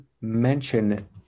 mention